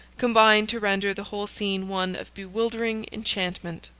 combined to render the whole scene one of bewildering enchantment.